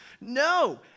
No